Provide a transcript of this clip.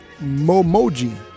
Momoji